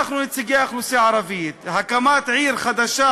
אנחנו נציגי האוכלוסייה הערבית, הקמת עיר חדשה